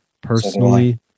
personally